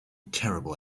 terrible